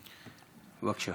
בבקשה.